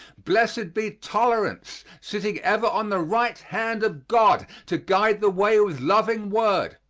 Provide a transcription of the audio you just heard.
blessed be tolerance, sitting ever on the right hand of god to guide the way with loving word,